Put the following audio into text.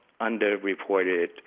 underreported